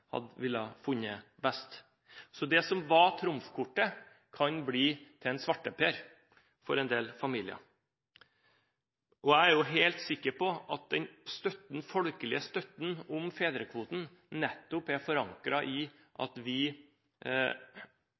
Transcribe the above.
ville ha funnet best. Så det som var trumfkortet, kan bli en svarteper for en del familier. Og jeg er helt sikker på at den folkelige støtten til fedrekvoten nettopp er forankret i at vi